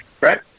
Right